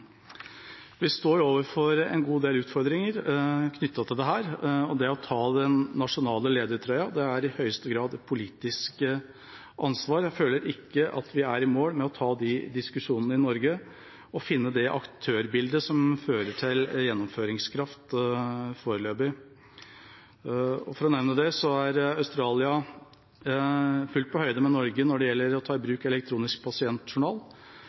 Vi står overfor en god del utfordringer knyttet til dette, og det å ta på seg den nasjonale ledertrøya er i høyeste grad et politisk ansvar. Jeg føler ikke at vi foreløpig er i mål med å ta de diskusjonene i Norge og finne det aktørbildet som fører til gjennomføringskraft. Og for å nevne det: Australia er fullt på høyde med Norge når det gjelder å ta i bruk elektronisk pasientjournal,